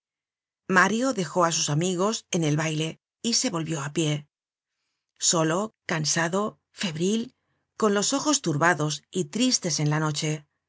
mario dejó á sus amigos en el baile y se volvió á pie solo cansado febril con los ojos turbados y tristes en la noche